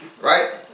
Right